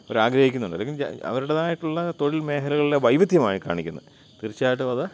അവരാഗ്രഹിക്കുന്നുണ്ട് അല്ലെങ്കി അവരുടേതായിട്ടുള്ള തൊഴിൽ മേഖലകളിലെ വൈവിധ്യമായീ കാണിക്കുന്ന തീർച്ചയായിട്ടും അത്